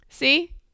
see